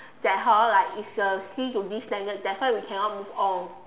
that hor like it's a C to B standard that's why we cannot move on